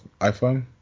iPhone